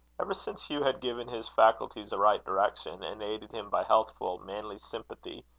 ever since hugh had given his faculties a right direction, and aided him by healthful manly sympathy,